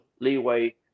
leeway